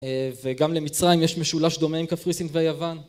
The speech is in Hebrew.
וגם למצרים יש משולש דומה עם קפריסין ויוון